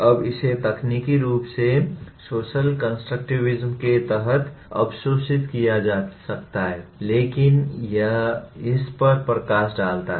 अब इसे तकनीकी रूप से सोशल कंस्ट्रक्टिविज़्म के तहत अवशोषित किया जा सकता है लेकिन यहां यह इस पर प्रकाश डालता है